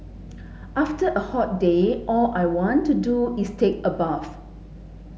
after a hot day all I want to do is take a bath